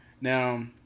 Now